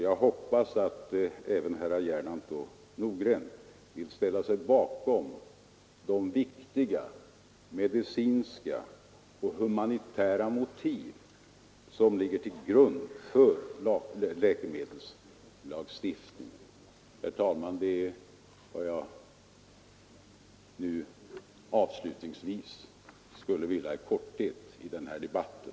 Jag hoppas att även herrar Gernandt och Nordgren vill ställa sig bakom de viktiga medicinska och humanitära motiv som ligger till grund för läkemedelslagstiftningen. Herr talman! Det är vad jag nu avslutningsvis i korthet skulle vilja ha sagt i den här debatten.